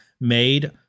made